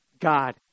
God